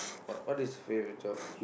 what what is favourite job